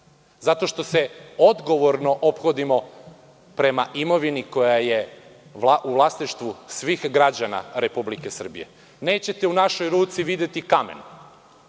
zato što se odgovorno ophodimo prema imovini koja je u vlasništvu svih građana Republike Srbije. Nećete u našoj ruci videti kamen,